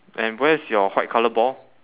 and where's your white colour ball